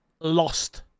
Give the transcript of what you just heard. lost